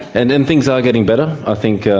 and and things are getting better. i think,